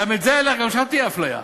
גם שם תהיה אפליה,